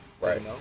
right